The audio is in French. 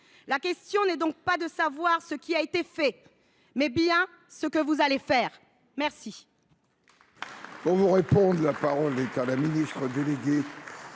La question n’est donc pas de savoir ce qui a été fait, mais bien ce que vous allez faire !